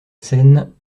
scène